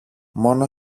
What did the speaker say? μόνο